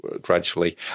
gradually